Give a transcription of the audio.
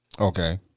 Okay